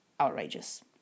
Outrageous